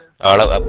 auto